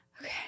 okay